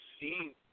seen